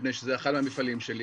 מפני שזה אחד המפעלים שלי,